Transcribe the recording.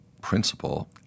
principle